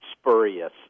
spurious